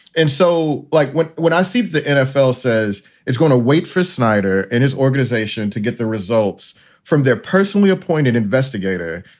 and so, like, when when i see the nfl says it's going to wait for snyder and his organization to get the results from their personally appointed investigator,